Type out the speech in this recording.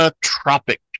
Tropic